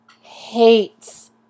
hates